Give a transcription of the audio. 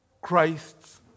Christ's